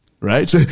Right